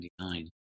1999